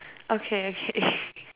okay okay